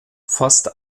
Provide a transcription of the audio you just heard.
fast